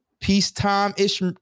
peacetime-ish